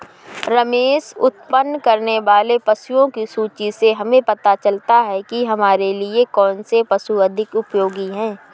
रेशम उत्पन्न करने वाले पशुओं की सूची से हमें पता चलता है कि हमारे लिए कौन से पशु अधिक उपयोगी हैं